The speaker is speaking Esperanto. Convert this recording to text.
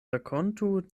rakontu